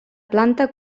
planta